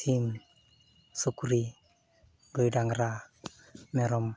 ᱥᱤᱢ ᱥᱩᱠᱨᱤ ᱜᱟᱹᱭᱼᱰᱟᱝᱜᱽᱨᱟ ᱢᱮᱨᱚᱢ